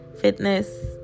fitness